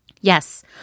Yes